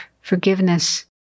forgiveness